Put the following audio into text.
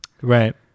Right